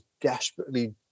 desperately